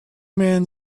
men